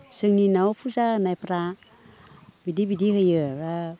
जोंनि न'आव फुजा होनायफ्रा बिदि बिदि होयो